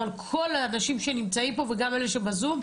כל האנשים שנמצאים פה וגם אלה בזום,